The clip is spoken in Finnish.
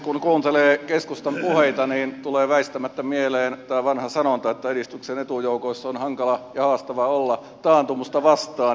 kun kuuntelee keskustan puheita tulee väistämättä mieleen tämä vanha sanonta että edistyksen etujoukoissa on hankala ja haastava olla taantumusta vastaan